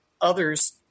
others